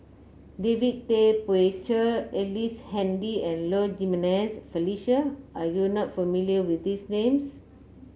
David Tay Poey Cher Ellice Handy and Low Jimenez Felicia are you not familiar with these names